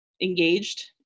engaged